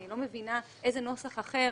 אני לא מבינה איזה נוסח אחר